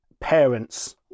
parents